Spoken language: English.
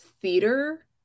theater